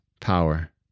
power